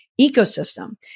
ecosystem